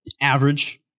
average